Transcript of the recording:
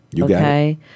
okay